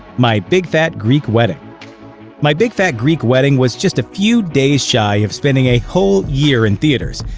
my big fat greek wedding my big fat greek wedding was just a few days shy of spending a whole year in theaters,